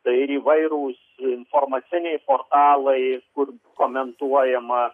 tai ir įvairūs informaciniai portalai kur komentuojama